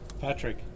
Patrick